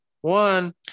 one